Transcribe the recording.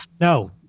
no